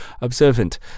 observant